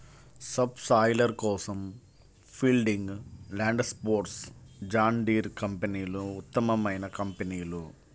sub soiler కోసం Fielding, Landforce, John Deere కంపెనీలు ఉత్తమమైన కంపెనీలు